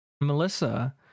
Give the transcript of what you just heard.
Melissa